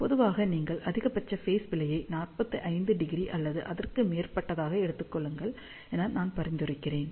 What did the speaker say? பொதுவாக நீங்கள் அதிகபட்ச ஃபேஸ் பிழையை 45° அல்லது அதற்கு மேற்பட்டதாக எடுத்துக்கொள்ளுங்கள் என நான் பரிந்துரைக்கிறேன்